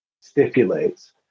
stipulates